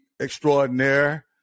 extraordinaire